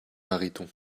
mariton